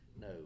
no